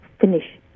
finish